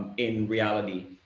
in reality.